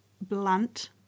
blunt